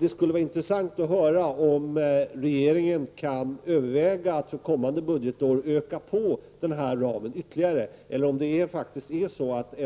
Det skulle vara intressant att höra om regeringen kan överväga att för kommande budgetår öka denna ram ytterligare eller om 1 miljard kronor skall uppfattas